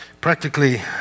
Practically